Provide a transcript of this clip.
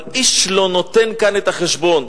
אבל איש לא נותן כאן את החשבון.